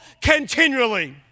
continually